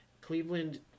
Cleveland